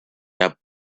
that